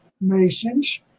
Masons